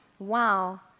Wow